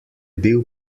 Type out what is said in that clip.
bil